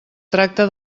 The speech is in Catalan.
tracta